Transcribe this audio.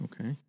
Okay